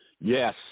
yes